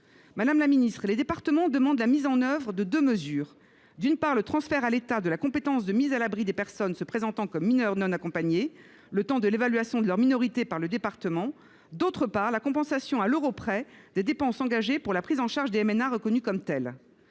Madame la ministre, les départements demandent la mise en œuvre de deux mesures : d’une part, le transfert à l’État de la compétence de mise à l’abri des personnes se présentant comme mineurs non accompagnés, le temps de l’évaluation de leur minorité par le département ; d’autre part, la compensation à l’euro près des dépenses engagées pour la prise en charge des mineurs non